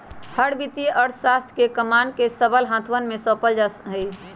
हर वित्तीय अर्थशास्त्र के कमान के सबल हाथवन में सौंपल जा हई